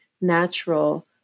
natural